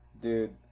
Dude